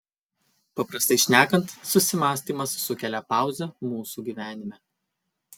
paprastai šnekant susimąstymas sukelia pauzę mūsų gyvenime